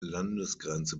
landesgrenze